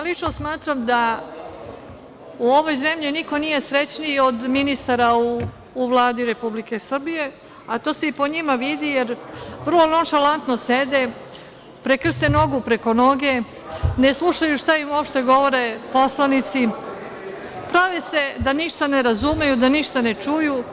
Ja lično smatram da u ovoj zemlji niko nije srećniji od ministara u Vladi Republike Srbije, a to se i po njima vidi, jer vrlo nonšalantno sede, prekrste nogu preko noge, ne slušaju šta im uopšte govore poslanici, prave se da ništa ne razumeju, da ništa ne čuju.